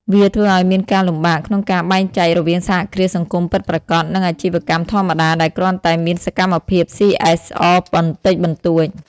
វាធ្វើឱ្យមានការលំបាកក្នុងការបែងចែករវាងសហគ្រាសសង្គមពិតប្រាកដ និងអាជីវកម្មធម្មតាដែលគ្រាន់តែមានសកម្មភាព សុី អេស អរ បន្តិចបន្តួច ។